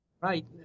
Right